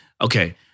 Okay